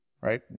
right